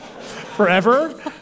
forever